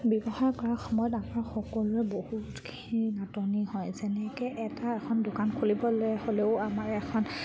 ব্যৱসায় কৰাৰ সময়ত আমাৰ সকলোৱে বহুতখিনি নাটনি হয় যেনেকৈ এটা এখন দোকান খুলিবলৈ হ'লেও আমাৰ এখন